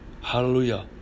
Hallelujah